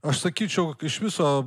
aš sakyčiau iš viso